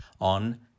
on